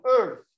Earth